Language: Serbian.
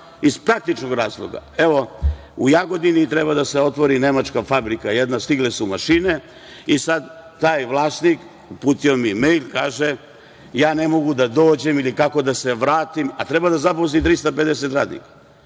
iz praktičnog razloga. Evo, u Jagodini treba da se otvori jedna nemačka fabrika, stigle su mašine i sad taj vlasnik uputio mi je mejl, kaže – ja ne mogu da dođem, ili kako da se vratim, a treba da zaposli 350 radnika. Kineska